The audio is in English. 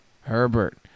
Herbert